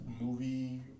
movie